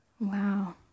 Wow